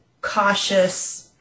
cautious